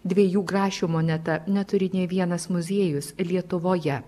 dviejų grašių moneta neturi nė vienas muziejus lietuvoje